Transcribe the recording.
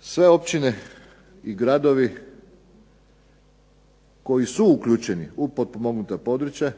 Sve općine i gradovi koji su uključeni u potpomognuta područja